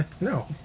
No